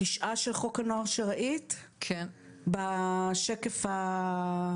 התשעה של חוק הנוער שראית בשקף השלישי?